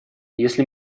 если